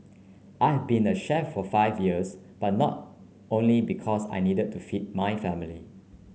I have been a chef for five years but not only because I needed to feed my family